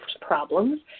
problems